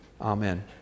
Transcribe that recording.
Amen